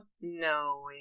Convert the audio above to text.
no